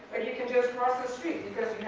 but you can just cross the street because